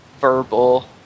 verbal